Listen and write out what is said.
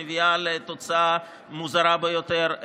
שמביאה לתוצאה מוזרה ביותר,